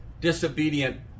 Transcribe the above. disobedient